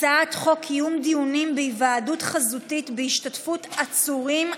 הצעת חוק קיום דיונים בהיוועדות חזותית בהשתתפות עצורים,